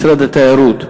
משרד התיירות,